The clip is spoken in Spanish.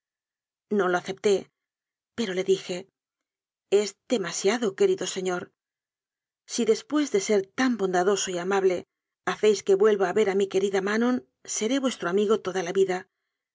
no lo acepté pero le dije es demasiado querido señor si después de ser tan bondadoso y amable hacéis que vuelva a ver a mi querida manon seré vuestro amigo toda la vida